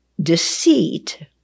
Deceit